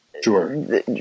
sure